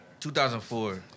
2004